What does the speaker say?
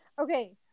Okay